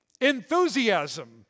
enthusiasm